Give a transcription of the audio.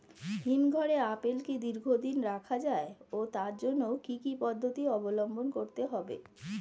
হিমঘরে আপেল কি দীর্ঘদিন রাখা যায় ও তার জন্য কি কি পদ্ধতি অবলম্বন করতে হবে?